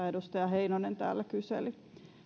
edustaja heinonen täällä kyseli